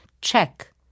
check